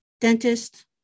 dentist